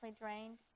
drained